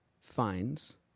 finds